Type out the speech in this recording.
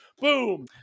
Boom